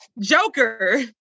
Joker